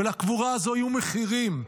ולקבורה הזו יהיו מחירים,